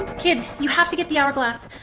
kids, you have to get the hourglass.